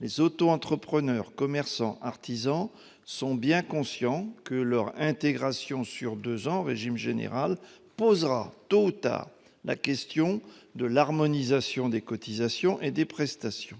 Les auto-entrepreneurs, commerçants, artisans, sont bien conscients que leur intégration en deux ans au régime général posera, tôt ou tard, la question de l'harmonisation des cotisations et des prestations.